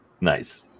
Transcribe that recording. Nice